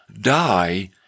die